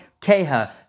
keha